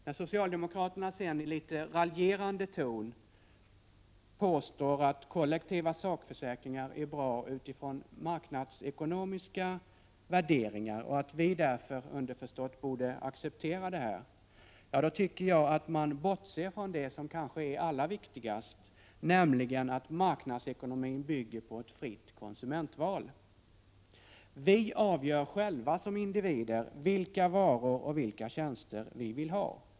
När socialdemokraterna sedan i litet raljerande ton påstår att kollektiva sakförsäkringar är bra utifrån marknadsekonomiska värderingar och att vi därför underförstått borde acceptera sådana bortser man från det som kanske är allra viktigast, nämligen att marknadsekonomin bygger på ett fritt konsumentval. Vi avgör själva som individer vilka varor och tjänster vi vill ha.